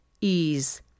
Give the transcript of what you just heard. ease